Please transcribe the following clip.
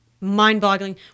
mind-boggling